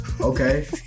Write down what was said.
Okay